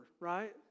right